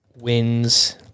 wins